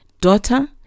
daughter